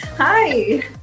hi